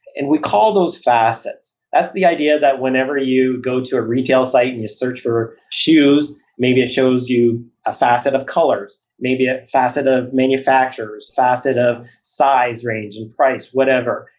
and we call those facets. that's the idea that whenever you go to a retail site and you search for shoes, maybe it shows you a facet of colors, maybe a facet of manufacturers, facet of size range and price, whatever,